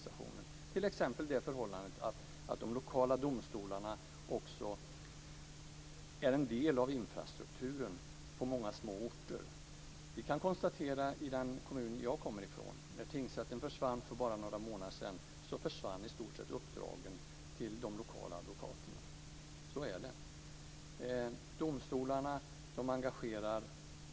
Det gäller t.ex. det förhållandet att de lokala domstolarna också är en del av infrastrukturen på många små orter. När det gäller den kommun som jag kommer ifrån kan vi konstatera att uppdragen till de lokala advokaterna i stort sett försvann när tingsrätten försvann för bara några månader sedan. Så är det.